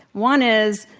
one is,